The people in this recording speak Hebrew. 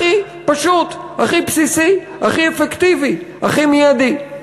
הכי פשוט, הכי בסיסי, הכי אפקטיבי, הכי מיידי.